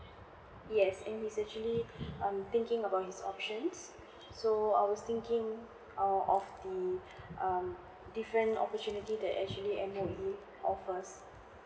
yes and he's actually um thinking about his options so I was thinking err of the um different opportunity that actually M_O_E offers